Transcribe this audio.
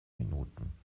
minuten